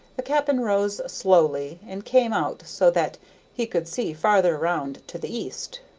the cap'n rose slowly, and came out so that he could see farther round to the east.